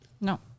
no